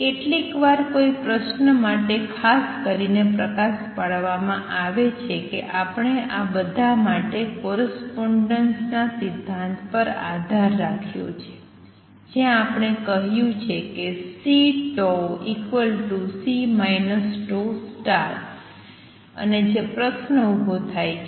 કેટલીકવાર કોઈ પ્રશ્ન માટે ખાસ કરીને પ્રકાશ પાડવામાં આવે છે કે આપણે આ બધા માટે કોરસ્પોંડેન્સ ના સિદ્ધાંત પર આધાર રાખ્યો છે જ્યાં આપણે કહ્યું છે કે CC τ અને જે પ્રશ્ન ઉભો થાય છે